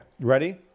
ready